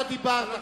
אתה דיברת.